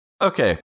Okay